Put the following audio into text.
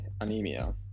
anemia